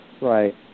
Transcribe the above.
Right